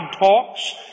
talks